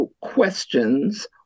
questions